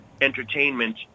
entertainment